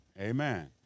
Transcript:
Amen